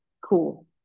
cool